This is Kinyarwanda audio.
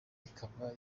ikaba